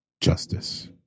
justice